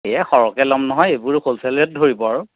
এই সৰহকৈ ল'ম নহয় এইবোৰ হ'লচেল ৰেট ধৰিব আৰু